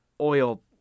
oil